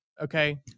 Okay